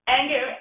Anger